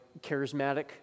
charismatic